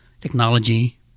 technology